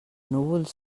núvols